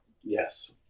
Yes